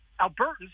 Albertans